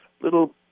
little